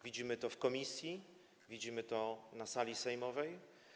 Widzimy to w komisji, widzimy to na sali sejmowej.